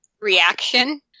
reaction